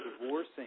divorcing